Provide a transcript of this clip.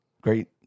Great